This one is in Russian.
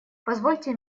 позвольте